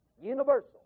Universal